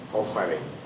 offering